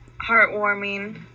heartwarming